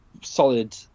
solid